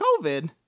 COVID